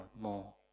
more